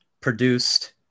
produced